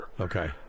Okay